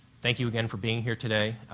thank you again for being here today,